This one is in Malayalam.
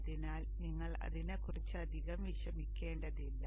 അതിനാൽ നിങ്ങൾ അതിനെക്കുറിച്ച് അധികം വിഷമിക്കേണ്ടതില്ല